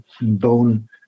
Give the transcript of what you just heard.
bone